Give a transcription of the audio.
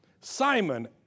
Simon